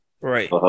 Right